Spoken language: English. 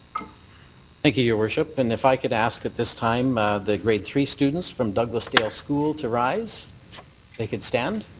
thank you, your worship. and if i could ask at this time the grade three student students frm douglasdale school to rise, if they could stand.